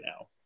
now